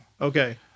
Okay